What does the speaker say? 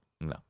No